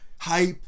hype